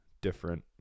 different